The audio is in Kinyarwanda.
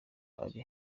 ari